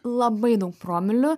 labai daug promilių